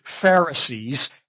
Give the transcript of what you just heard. Pharisees